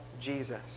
Jesus